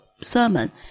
sermon